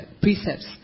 precepts